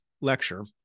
lecture